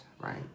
right